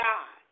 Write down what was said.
God